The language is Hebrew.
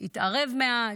התערב מעט,